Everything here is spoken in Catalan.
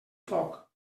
foc